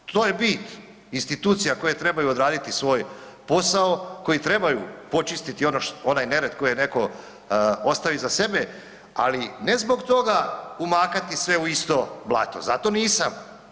To je bit institucija koje trebaju odraditi svoj posao, koje trebaju počistiti onaj nered koji je netko ostavio iza sebe, ali ne zbog toga umakati sve u isto blato, za to nisam.